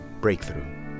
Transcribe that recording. Breakthrough